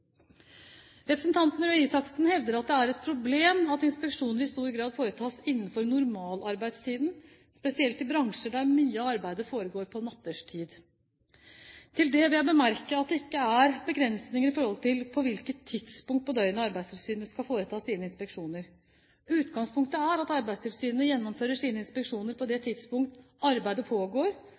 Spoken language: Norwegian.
bransjer der mye av arbeidet foregår på nattetid. Til det vil jeg bemerke at det ikke er begrensninger når det gjelder på hvilket tidspunkt på døgnet Arbeidstilsynet skal foreta sine inspeksjoner. Utgangspunktet er at Arbeidstilsynet gjennomfører sine inspeksjoner på det tidspunkt arbeidet pågår